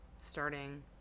starting